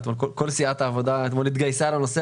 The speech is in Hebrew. כל סיעת העבודה התגייסה אתמול לנושא